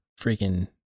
freaking